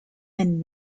and